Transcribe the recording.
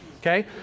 Okay